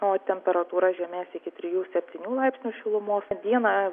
o temperatūra žemės iki trijų septynių laipsnių šilumos dieną